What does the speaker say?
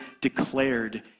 declared